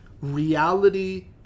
reality